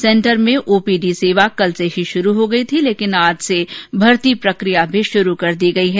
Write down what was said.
centre में OPD सेवा कल से ही शुरू हो गई थीं लेकिन आज से भर्ती प्रक्रिया भी शुरू कर दी गई है